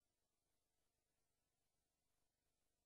זה לא על הכרית וזה